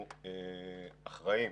אנחנו אחראים